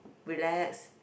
relax